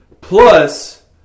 Plus